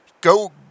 go –